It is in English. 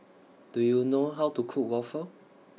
Do YOU know How to Cook Waffle